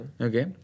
Okay